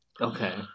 Okay